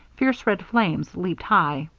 fierce red flames leaped high.